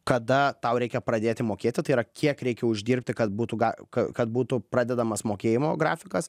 kada tau reikia pradėti mokėti tai yra kiek reikia uždirbti kad būtų ga kad būtų pradedamas mokėjimo grafikas